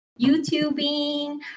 YouTubing